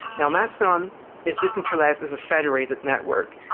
now mastodon is decentralized as a federated network.